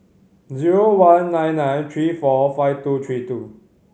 zero one nine nine three four five two three two